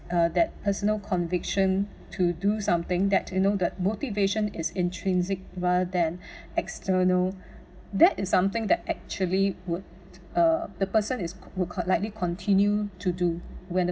uh that personal conviction to do something that you know the motivation is intrinsic rather than external that is something that actually would uh the person is would con~ likely continue to do when the